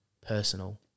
personal